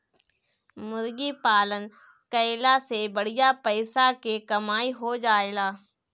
मुर्गी पालन कईला से बढ़िया पइसा के कमाई हो जाएला